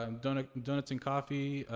um donuts donuts and coffee,